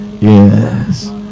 yes